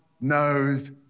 knows